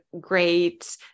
great